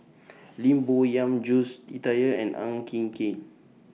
Lim Bo Yam Jules Itier and Ang Hin Kee